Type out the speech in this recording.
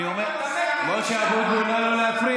לפחות, ביקור.